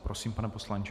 Prosím, pane poslanče.